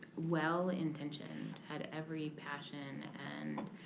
well-intentioned, had every passion and